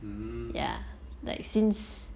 mm